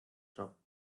shop